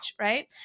right